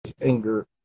anger